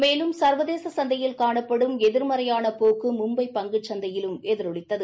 மேலும் சா்வதேச சந்தையில் காணப்படும் எதிர்மறையான போக்கு மும்பை பங்குச்சந்தையிலும் எதிரொலித்தது